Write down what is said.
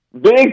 big